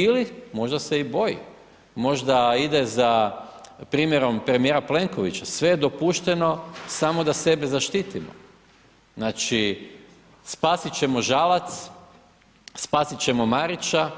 Ili možda se i boji, možda ide za primjerom premijera Plenkovića, sve je dopušteno samo da sebe zaštitim, znači spasit ćemo Žalac, spasit ćemo Marića,